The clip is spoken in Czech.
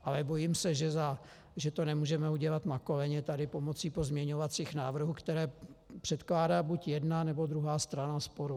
Ale bojím se, že to nemůžeme udělat na koleně tady pomocí pozměňovacích návrhů, které předkládá buď jedna, nebo druhá strana sporu.